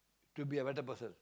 to be a better person